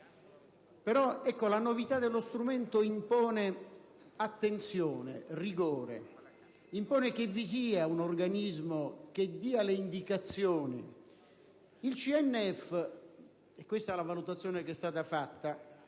la novità dello strumento impone attenzione, rigore. Impone che vi sia un organismo che dia indicazioni. Il CNF - è questa la valutazione che è stata fatta